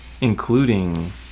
including